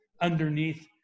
underneath